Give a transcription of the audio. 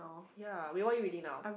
ya what are you reading now